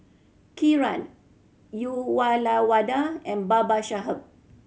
Kiran Uyyalawada and Babasaheb